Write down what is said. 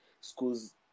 schools